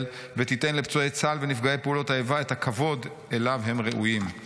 ותיתן לפצועי צה"ל ונפגעי פעולות האיבה את הכבוד שלו הם ראויים.